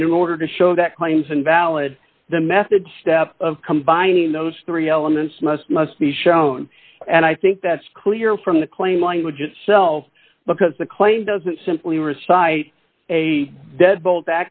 and in order to show that claims invalid the method step of combining those three elements must must be shown and i think that's clear from the claim language itself because the claim doesn't simply recite a deadbo